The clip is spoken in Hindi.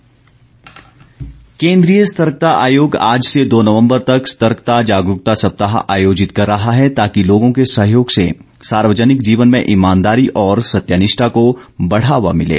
जाग रूकता सप्ताह केन्द्रीय सतर्कता आयोग आज से दो नवम्बर तक सतर्कता जागरूकता सप्तााह आयोजित कर रहा है ताकि लोगों के सहयोग से सार्वजनिक जीवन में ईमानदारी और सत्य निष्ठा को बढ़ावा मिले